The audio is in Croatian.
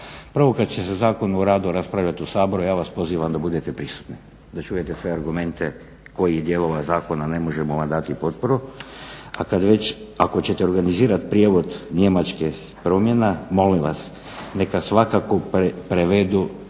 Prvo, kad će se za Zakon o radu raspravljat u Saboru ja vas pozivam da budete prisutni, da čujete sve argumente koji dijelove zakona ne možemo vam dati potporu. A ako ćete organizirat prijevod njemačkih promjena molim vas neka svakako prevedu